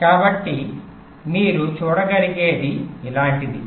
కాబట్టి మీరు చూడగలిగేది ఇలాంటిది